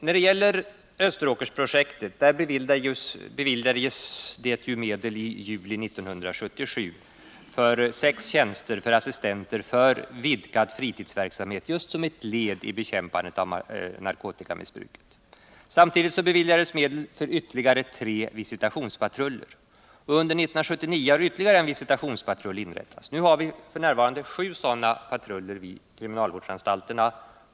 När det gäller Österåkerprojektet beviljades det, som ett led i bekämpandet av narkotikamissbruket, i juli 1977 medel för sex assistenttjänster för vidgad fritidsverksamhet. Samtidigt beviljades medel för ytterligare tre visitationspatruller. Och under 1979 har ytterligare en visitationspatrull inrättats. Vi har f. n. sju sådana patruller vid kriminalvårdsanstalterna.